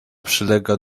przylega